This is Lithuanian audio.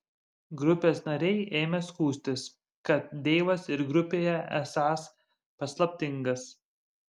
grupės nariai ėmė skųstis kad deivas ir grupėje esąs paslaptingas